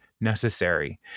necessary